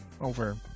over